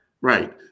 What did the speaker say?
right